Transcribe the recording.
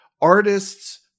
artists